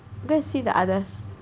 go and see the others